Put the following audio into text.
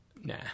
Nah